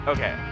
Okay